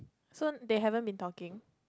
so they haven't been talking